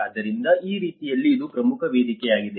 ಆದ್ದರಿಂದ ಆ ರೀತಿಯಲ್ಲಿ ಇದು ಪ್ರಮುಖ ವೇದಿಕೆಯಾಗಿದೆ